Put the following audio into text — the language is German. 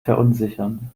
verunsichern